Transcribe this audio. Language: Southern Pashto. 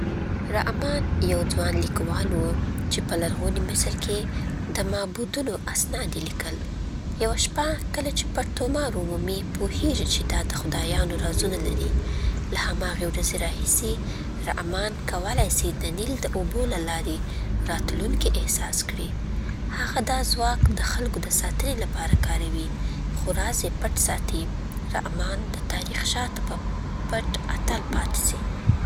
عمان یو ځوان لیکوال و چې په لرغوني مصر کې د معبدونو اسناد یې لیکل. وه شپه، کله چې پټ طومار ومومي، پوهېږي چې دا د خدایانو رازونه لري. له هماغې ورځې راهیسې، رعمان کولی سي د نیل د اوبو له لارې راتلونکې احساس کي. هغه دا ځواک د خلکو د ساتنې لپاره کاروي، خو راز یې پټ ساتي. رعمان د تاریخ شاته به پټ اتل پاتې سی.